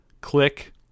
Click